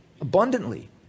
abundantly